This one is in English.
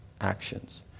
actions